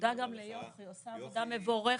תודה גם ליוכי, היא עושה עבודה מבורכת.